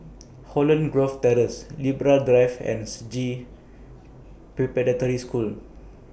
Holland Grove Terrace Libra Drive and Sji Preparatory School